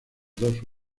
dos